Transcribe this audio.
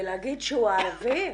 בלהגיד שהוא ערבי?